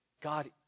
God